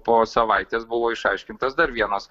po savaitės buvo išaiškintas dar vienas